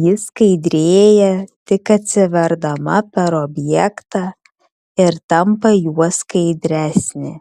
ji skaidrėja tik atsiverdama per objektą ir tampa juo skaidresnė